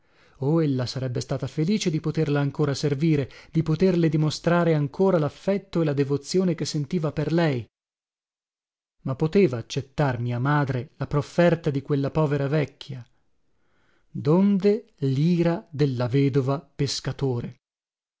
oh ella sarebbe stata felice di poterla ancora servire di poterle dimostrare ancora laffetto e la devozione che sentiva per lei ma poteva accettar mia madre la profferta di quella povera vecchia donde lira della vedova pescatore